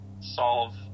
solve